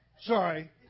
Sorry